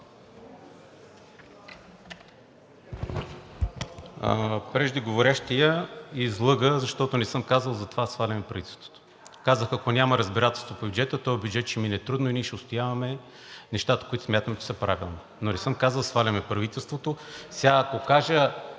Преждеговорящият излъга, защото не съм казал „за това сваляме правителството“. Казах: „ако няма разбирателство по бюджета, този бюджет ще мине трудно и ние ще отстояваме нещата, които смятаме, че са правилни“. Но не съм казал „сваляме правителството“. Сега, ако кажа